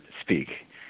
speak